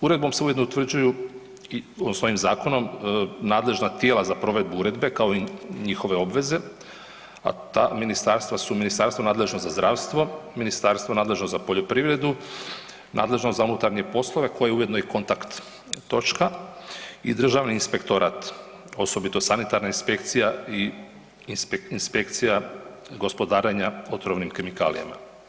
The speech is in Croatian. Uredbom se ujedno utvrđuju i odnosno ovim zakonom, nadležna tijela za provedbu uredbe kao i njihove obveze, a ta ministarstva su ministarstvo nadležno za zdravstvo, ministarstvo nadležno za poljoprivredu, nadležno za unutarnje poslove koje je ujedno i kontakt točka i državni inspektorat, osobito sanitarna inspekcija i inspekcija gospodarenja otrovnim kemikalijama.